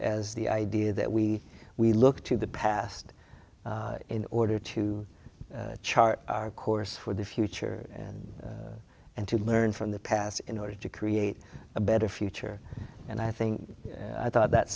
as the idea that we we look to the past in order to chart our course for the future and and to learn from the past in order to create a better future and i think i thought that